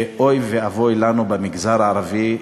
ואוי ואבוי לנו, במגזר הערבי,